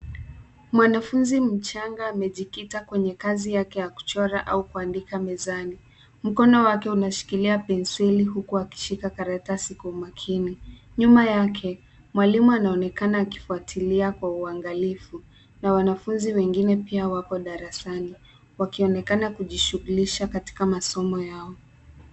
Mwanafunzi mchanga amejikita kwenye kazi yake ya kuchora au kuandika mezani. Mkono wake unashikilia penseli huku akishika karatasi kwa makini. Nyuma yake mwalimu anaonekana akifuatilia kwa uangalifu na wanafunzi wengine pia wako darasani wakionekana kujishughulisha katika masomo yao.